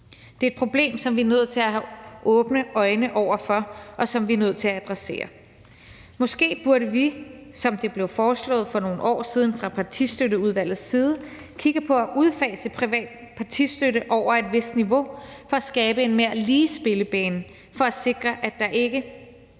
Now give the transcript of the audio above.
Det er et problem, som vi er nødt til at have åbne øjne over for, og som vi er nødt til at adressere. Måske burde vi, som det blev foreslået for nogle år siden fra Partistøtteudvalgets side, kigge på at udfase privat partistøtte over et vist niveau for at skabe en mere lige spillebane og for at sikre, at der ikke